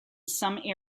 some